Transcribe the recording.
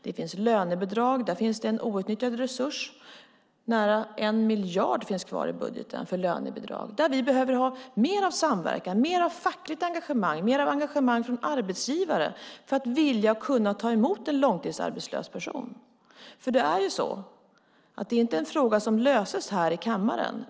Det finns lönebidrag, och där finns en outnyttjad resurs - nära 1 miljard finns kvar i budgeten för lönebidrag. Där behöver vi ha mer av samverkan, mer av fackligt engagemang och mer av engagemang från arbetsgivare för att de ska vilja och kunna ta emot en långtidsarbetslös person. Det är nämligen så att detta inte är en fråga som löses här i kammaren.